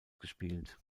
gespielt